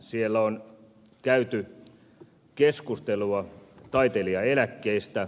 siellä on käyty keskustelua taiteilijaeläkkeistä